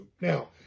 Now